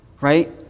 right